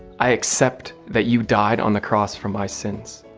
i accept that you died on the cross for my sins.